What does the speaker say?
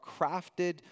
crafted